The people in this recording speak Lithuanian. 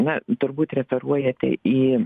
na turbūt referuojate į